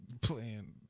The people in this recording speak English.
playing